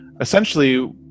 essentially